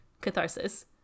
catharsis